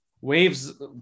waves